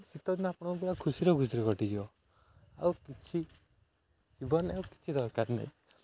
ଶୀତ ଦିନ ଆପଣଙ୍କ ପୁରା ଖୁସିରେ ଖୁସିରେ କଟିଯିବ ଆଉ କିଛି ଜୀବନରେ ଆଉ କିଛି ଦରକାର ନାହିଁ